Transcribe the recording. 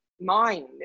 mind